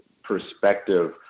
perspective